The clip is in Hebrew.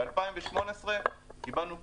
ב-2018 קיבלנו פיצויים.